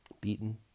beaten